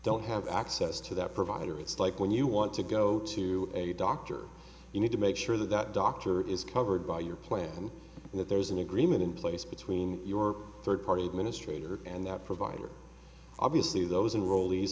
don't have access to that provider it's like when you want to go to a doctor you need to make sure that that doctor is covered by your plan and that there is an agreement in place between your third party administrator and that provider obviously those enroll